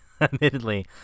Admittedly